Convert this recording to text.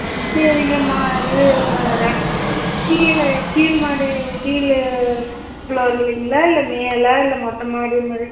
சரிங்கம்மா இதுமா ரா கீழே கீழ் மாடி கீழ் ஃப்ளோர்லேங்களா இல்லை மேலே இல்லை மொட்டை மாடி மாதிரி